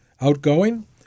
outgoing